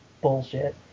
bullshit